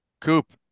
Coop